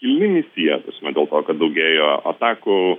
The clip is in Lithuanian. kilni misija ta prasme dėl to kad daugėjo atakų